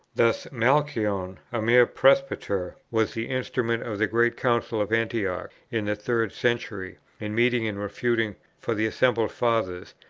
thus malchion, a mere presbyter, was the instrument of the great council of antioch in the third century in meeting and refuting, for the assembled fathers,